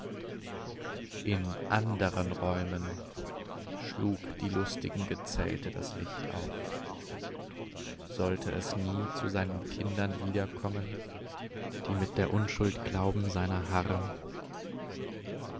in andern räumen schlug die lustigen gezelte das licht auf sollte es nie zu seinen kindern wiederkommen die mit der unschuld glauben seiner